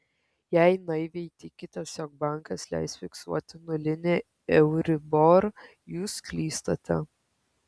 jei naiviai tikitės jog bankas leis fiksuoti nulinį euribor jūs klystate